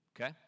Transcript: Okay